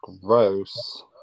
Gross